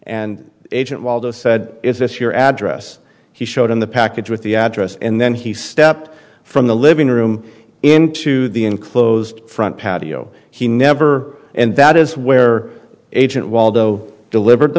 and agent waldo said is this your address he showed in the package with the address and then he stepped from the living room into the enclosed front patio he never and that is where agent waldo delivered the